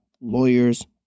lawyers